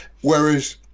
whereas